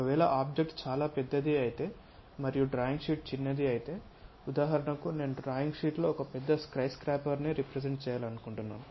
ఒకవేళ ఆబ్జెక్ట్ చాలా పెద్దది మరియు డ్రాయింగ్ షీట్ చిన్నది అయితే ఉదాహరణకు నేను డ్రాయింగ్ షీట్లో పెద్ద స్కై స్క్రాపర్ ని రెప్రెసెంట్ చేయాలనుకుంటున్నాను